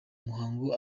muhango